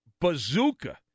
bazooka